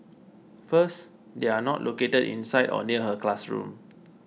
first they are not located inside or near her classroom